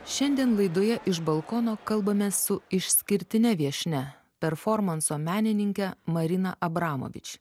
šiandien laidoje iš balkono kalbame su išskirtine viešnia performanso menininke marina abramovič